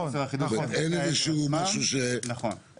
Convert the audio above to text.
נכון.